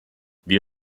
wir